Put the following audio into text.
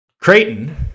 Creighton